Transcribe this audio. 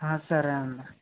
సరే అండి